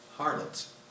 harlots